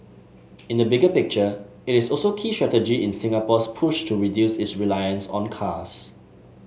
in the bigger picture it is also a key strategy in Singapore's push to reduce its reliance on cars